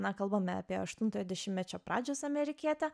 ne kalbame apie aštuntojo dešimtmečio pradžios amerikietę